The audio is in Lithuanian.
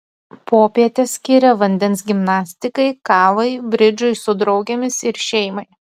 popietes skiria vandens gimnastikai kavai bridžui su draugėmis ir šeimai